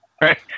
right